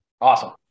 Awesome